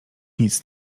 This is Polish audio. nic